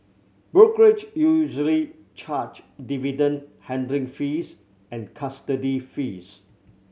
brokerage usually charge dividend handling fees and custody fees